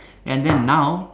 and then now